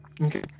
okay